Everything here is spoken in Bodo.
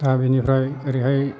दा बिनिफ्राय ओरैहाय